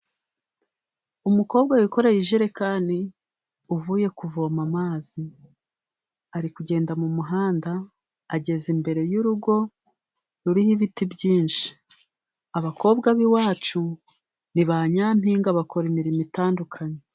Umukobwa wikoreye ijerekani ,avuye kuvoma amazi, ari kugenda mu muhanda, ageze imbere y'urugo rurimo ibiti byinshi . Abakobwa b'iwacu ni ba nyampinga bakora imirimo itandukanye.